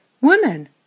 Woman